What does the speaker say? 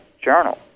journal